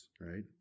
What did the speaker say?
right